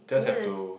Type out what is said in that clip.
just have to